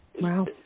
Wow